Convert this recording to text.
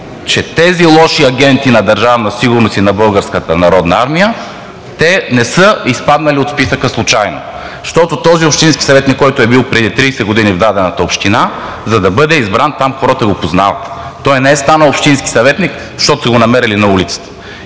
че тези лоши агенти на Държавна сигурност и на Българската народна армия не са изпаднали случайно от списъка. Защото този общински съветник, който е бил преди 30 години в дадената община, за да бъде избран, там хората го познават. Той не е станал общински съветник, защото са го намерили на улицата.